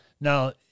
Now